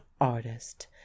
artist